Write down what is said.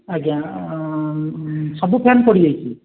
ଆଜ୍ଞା ସବୁ ଫ୍ୟାନ୍ ପୋଡ଼ି ଯାଇଛି